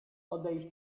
odejść